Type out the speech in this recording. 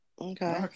Okay